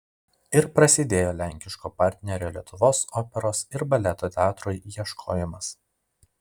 ir prasidėjo lenkiško partnerio lietuvos operos ir baleto teatrui ieškojimas